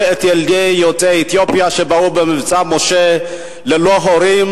את ילדי יוצאי אתיופיה שבאו ב"מבצע משה" ללא הורים.